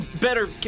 better